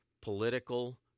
political